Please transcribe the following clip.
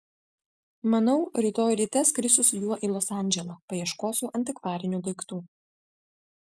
manau rytoj ryte skrisiu su juo į los andželą paieškosiu antikvarinių daiktų